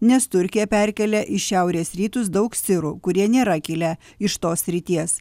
nes turkija perkelia į šiaurės rytus daug sirų kurie nėra kilę iš tos srities